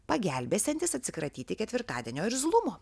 pagelbėsiantis atsikratyti ketvirtadienio irzlumo